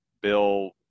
Bill